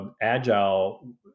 agile